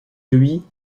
lui